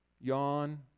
yawn